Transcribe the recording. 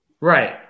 Right